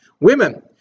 Women